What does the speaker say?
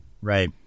Right